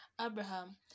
Abraham